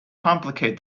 complicate